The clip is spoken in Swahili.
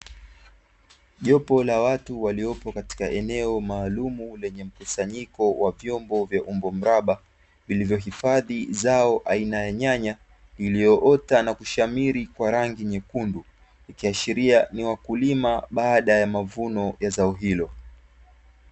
Jopo la watu waliopo katika eneo maalumu lenye mkusanyiko wa vyombo vya umbo mraba, vilivyohifadhi zao aina ya nyanya, lililoota na kushamiri kwa rangi nyekundu, ikiashiria ni wakulima baada ya mavuno ya zao hilo.